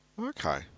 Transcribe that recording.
Okay